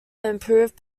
improved